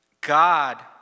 God